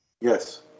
Yes